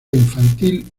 infantil